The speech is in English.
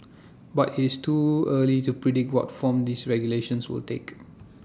but IT is too early to predict what form these regulations will take